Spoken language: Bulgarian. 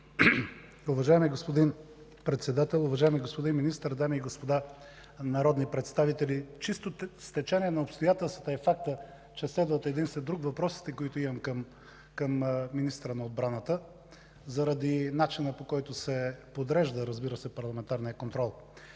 Уважаеми господин Председател, уважаеми господин Министър, дами и господа народни представители! Чисто стечение на обстоятелствата е фактът, че следват един след друг въпросите, които имам към министъра на отбраната, заради начина по който се подрежда парламентарният контрол,